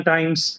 Times